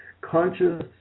Conscious